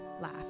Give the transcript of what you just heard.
laugh